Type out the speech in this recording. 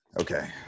Okay